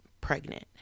pregnant